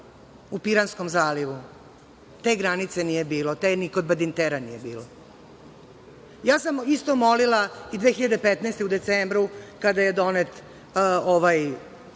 u Piranskom zalivu, te granice nije bilo, te ni kod Badintera nije bilo. Ja sam isto molila i 2015. godine u decembru kada je donet ovaj